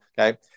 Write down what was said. Okay